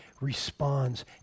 responds